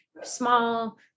small